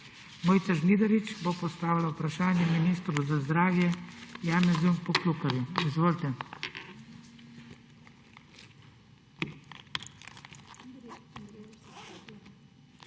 Mojca Žnidarič bo postavila vprašanje ministru za zdravje Janezu Poklukarju. Izvolite.